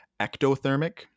ectothermic